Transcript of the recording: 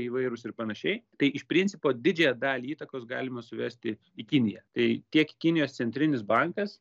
įvairūs ir panašiai tai iš principo didžiąją dalį įtakos galima suvesti į kiniją tai tiek kinijos centrinis bankas